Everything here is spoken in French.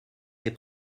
des